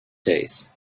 days